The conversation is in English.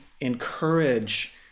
encourage